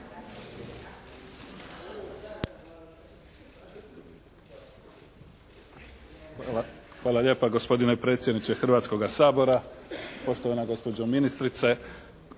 Hvala lijepa gospodine predsjedniče Hrvatskoga sabora, poštovana gospođo ministrice,